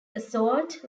assault